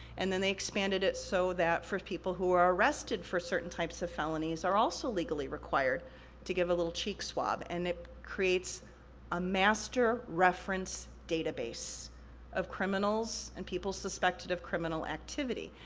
and then they expanded it so that for people who are arrested for certain types of felonies are also legally required to give a little cheek swab, and it creates a master reference database of criminals and people suspected of criminal activity.